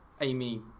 Amy